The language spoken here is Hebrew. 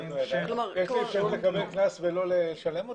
זאת אומרת יש לי אפשרות לקבל קנס ולא לשלם אותו?